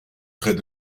près